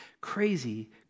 crazy